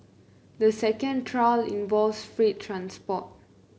the second trial involves freight transport